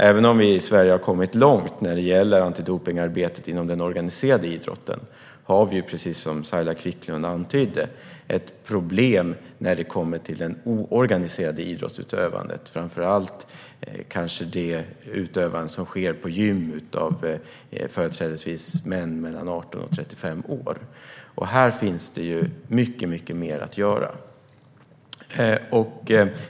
Även om vi i Sverige har kommit långt när det gäller antidopningsarbetet inom den organiserade idrotten har vi nämligen, precis som Saila Quicklund antydde, problem när det kommer till det oorganiserade idrottsutövandet - kanske framför allt på gym, av företrädesvis män mellan 18 och 35 år. Här finns det mycket mer att göra.